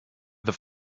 the